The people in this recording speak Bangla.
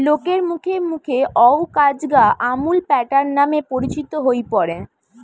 লোকের মুখে মুখে অউ কাজ গা আমূল প্যাটার্ন নামে পরিচিত হই পড়ে